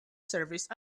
service